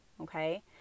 okay